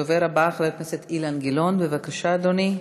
הדובר הבא, חבר הכנסת אילן גילאון, בבקשה, אדוני.